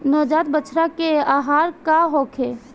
नवजात बछड़ा के आहार का होखे?